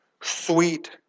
sweet